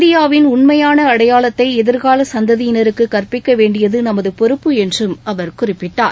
இந்தியாவின் உண்மையான அடையாளத்தை எதிர்கால சந்ததியினருக்கு கற்பிக்க வேண்டியது நமது பொறுப்பு என்றும் அவர் குறிப்பிட்டார்